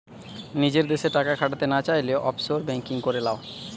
নিজের দেশে টাকা খাটাতে না চাইলে, অফশোর বেঙ্কিং করে লাও